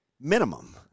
Minimum